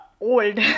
old